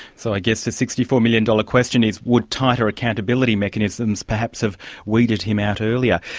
so i guess the sixty four million dollar question is, would tighter accountability mechanisms perhaps have weeded him out earlier?